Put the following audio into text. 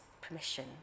permission